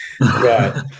Right